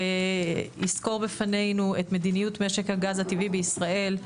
ויסקור בפנינו את מדיניות משק הגז הטבעי בישראל,